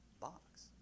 box